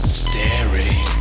staring